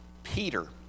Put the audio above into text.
peter